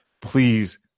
Please